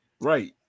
Right